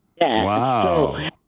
Wow